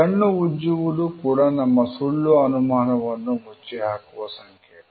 ಕಣ್ಣು ಉಜ್ಜುವುದು ಕೂಡ ನಮ್ಮ ಸುಳ್ಳು ಅನುಮಾನವನ್ನು ಮುಚ್ಚಿಹಾಕುವ ಸಂಕೇತ